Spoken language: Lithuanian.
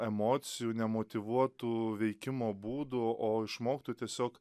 emocijų nemotyvuotų veikimo būdų o išmoktų tiesiog